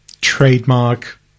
trademark